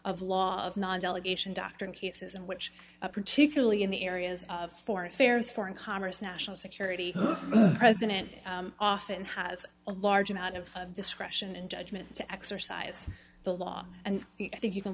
of law of non delegation doctrine cases in which particularly in the areas of foreign affairs foreign commerce national security president often has a large amount of discretion and judgment to exercise the law and i think you can